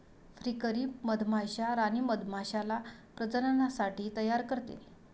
फ्रीकरी मधमाश्या राणी मधमाश्याला प्रजननासाठी तयार करते